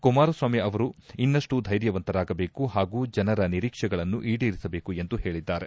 ಕುಮಾರ ಸ್ವಾಮಿ ಅವರು ಅನ್ನಷ್ಟು ಧೈರ್ಯವಂತರಾಗಬೇಕು ಹಾಗೂ ಜನರ ನಿರೀಕ್ಷೆಗಳನ್ನು ಈಡೇರಿಸಬೇಕು ಎಂದು ಹೇಳಿದ್ದಾರೆ